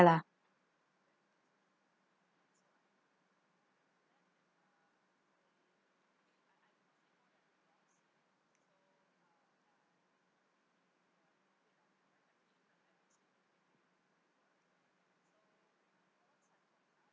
lah